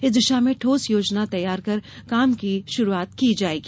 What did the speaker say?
इस दिशा में ठोस योजना तैयार कर काम की शुरूआत की जाएगी